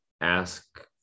ask